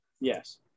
Yes